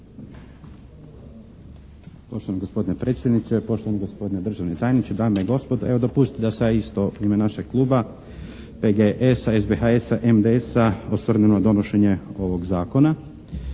Poštovani gospodine predsjedniče, poštovani gospodine državni tajniče, dame i gospodo. Evo dopustite da se ja isto u ime našeg kluba PGS-a, SBHS-a, MDS-a, osvrnem na donošenje ovog zakona.